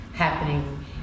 happening